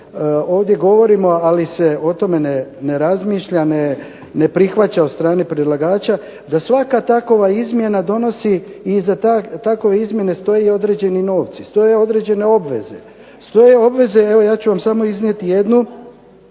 ovdje govorimo, ali se o tome ne razmišlja, ne prihvaća od strane predlagača da svaka takova izmjena donosi, iza takve izmjene stoje određeni novci, stoje određene obveze. Stoje obveze, ja ću vam iznijeti jednu,